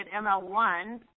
ML1